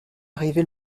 arrivé